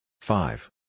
Five